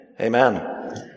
Amen